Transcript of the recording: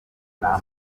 anta